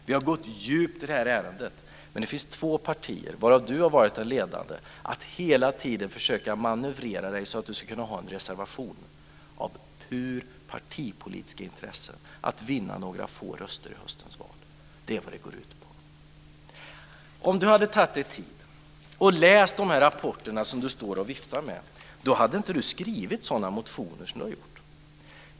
Vi har gått djupt i det här ärendet, men det finns två partier varav Murad Artins har varit det ledande som hela tiden försökt manövrera så att man av purt partipolitiska intressen, för att vinna några få röster i höstens val, ska kunna avge en reservation. Om Murad Artin hade tagit sig tid att läsa de rapporter som han står och viftar med, hade han inte skrivit sådana motioner som han har gjort.